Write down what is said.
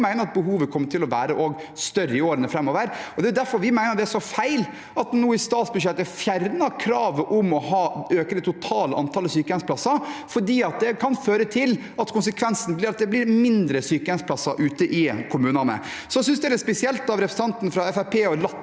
mener at behovet kommer til å være større i årene framover. Det er derfor vi mener det er så feil at en nå i statsbudsjettet fjerner kravet om å øke det totale antallet sykehjemsplasser, for konsekvensen kan bli at det blir færre sykehjemsplasser ute i kommunene. Jeg synes det er spesielt av representanten fra